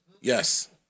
Yes